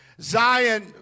Zion